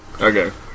Okay